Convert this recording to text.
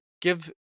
give